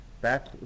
back